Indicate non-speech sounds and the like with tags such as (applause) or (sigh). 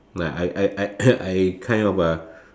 like I I I (coughs) I kind of uh